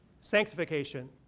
sanctification